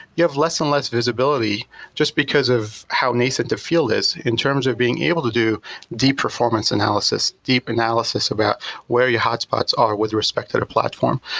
you have less and less visibility just because of how nascent the field is in terms of being able to do deep performance analysis, deep analysis about where your hot spots are with respect to the platform.